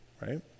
right